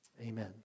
Amen